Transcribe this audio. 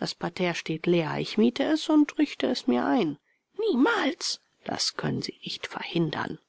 das parterre steht leer ich miete es und richte es mir ein niemals das können sie nicht verhindern